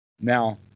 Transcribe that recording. Now